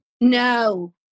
No